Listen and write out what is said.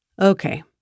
Okay